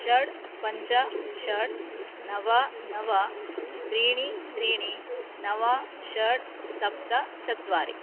षट् पञ्च षट् नव नव त्रीणि त्रीणि नव षट् सप्त चत्वारि